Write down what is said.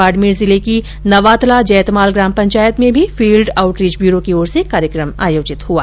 बाड़मेर जिले की नवातला जैतमाल ग्राम पंचायत में भी फील्ड आउटरीच ब्यूरों की ओर से कार्यक्रम आयोजित हुआ